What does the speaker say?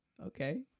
okay